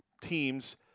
teams